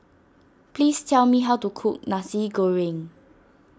please tell me how to cook Nasi Goreng